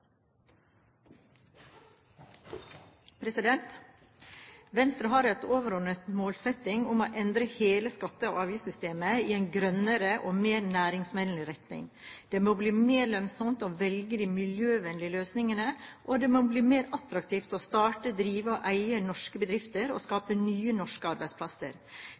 avgiftssystemet i en grønnere og mer næringsvennlig retning. Det må bli mer lønnsomt å velge de miljøvennlige løsningene, og det må bli mer attraktivt å starte, drive og eie norske bedrifter og skape nye norske arbeidsplasser.